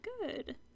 good